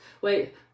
wait